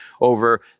over